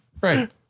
Right